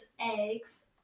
eggs